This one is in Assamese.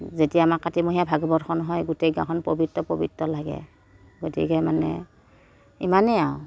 যেতিয়া আমাৰ কাতিমহীয়া ভাগৱতখন হয় গোটেই গাঁওখন পবিত্ৰ পবিত্ৰ লাগে গতিকে মানে ইমানেই আৰু